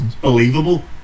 believable